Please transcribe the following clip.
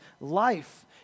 life